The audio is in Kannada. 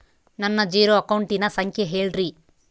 ನನ್ನ ಜೇರೊ ಅಕೌಂಟಿನ ಸಂಖ್ಯೆ ಹೇಳ್ರಿ?